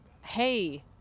hey